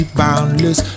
boundless